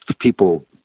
people